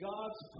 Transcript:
God's